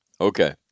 Okay